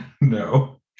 No